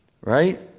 Right